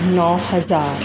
ਨੌਂ ਹਜ਼ਾਰ